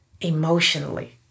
emotionally